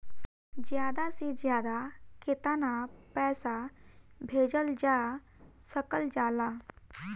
ज्यादा से ज्यादा केताना पैसा भेजल जा सकल जाला?